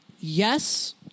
Yes